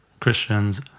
Christians